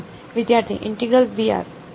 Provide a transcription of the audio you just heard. વિદ્યાર્થી ઇન્ટેગ્રલ બરાબર બરાબર